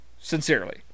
sincerely